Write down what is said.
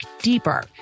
deeper